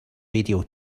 radio